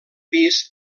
pis